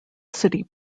city